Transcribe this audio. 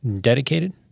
dedicated